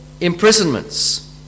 imprisonments